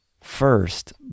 first